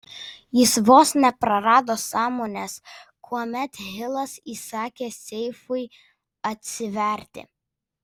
jis vos neprarado sąmonės kuomet hilas įsakė seifui atsiverti